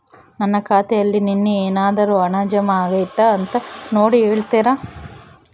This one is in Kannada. ನನ್ನ ಖಾತೆಯಲ್ಲಿ ನಿನ್ನೆ ಏನಾದರೂ ಹಣ ಜಮಾ ಆಗೈತಾ ಅಂತ ನೋಡಿ ಹೇಳ್ತೇರಾ?